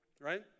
right